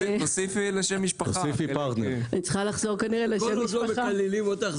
אולי אני צריכה לחזור לשם המשפחה מלפני